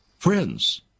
Friends